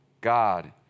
God